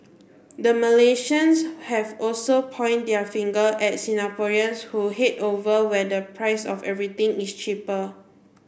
the Malaysians have also point their finger at Singaporeans who head over where the price of everything is cheaper